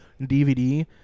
dvd